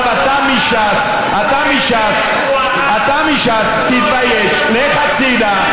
עכשיו, אתה מש"ס, אתה מש"ס, תתבייש, לך הצידה.